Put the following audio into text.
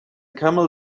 camel